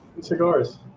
Cigars